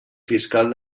fiscal